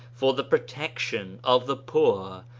for the protection of the poor,